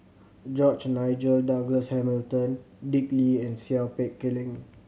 George Nigel Douglas Hamilton Dick Lee and Seow Peck Leng